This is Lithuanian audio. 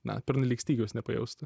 na pernelyg stygiaus nepajaustų